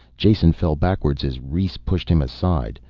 jason fell backwards as rhes pushed him aside.